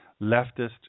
leftist